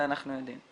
זה אנחנו יודעים.